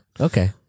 okay